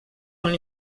molt